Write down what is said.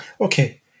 okay